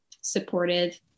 supportive